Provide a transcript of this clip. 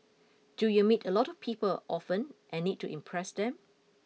do you meet a lot of people often and need to impress them